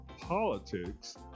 politics